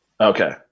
okay